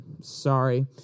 Sorry